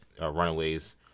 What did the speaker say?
Runaways